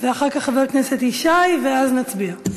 אחר כך חבר הכנסת ישי, ואז נצביע.